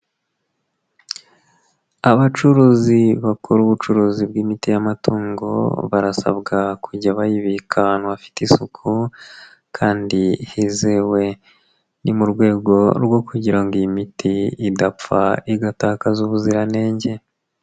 Abacuruzi bakora ubucuruzi bw'imiti y'amatungo barasabwa kujya bayibika ahantu hafite isuku kandi hizewe. Ni mu rwego rwo kugira ngo iyi miti idapfa, igatakaza ubuziranenge.